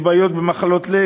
יש בעיות בלב,